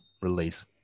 release